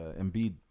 Embiid